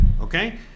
okay